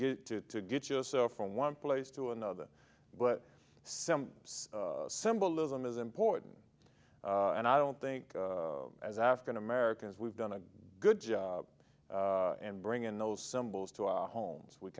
get to to get yourself from one place to another but some symbolism is important and i don't think as african americans we've done a good job and bring in those symbols to our homes we